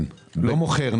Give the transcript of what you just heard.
לא מוכר.